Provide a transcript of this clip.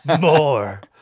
more